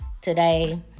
today